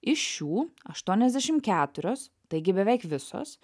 iš šių aštuoniasdešim keturios taigi beveik visos